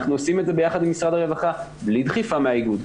אנחנו עושים את זה ביחד עם משרד הרווחה בלי דחיפה מהאיגוד,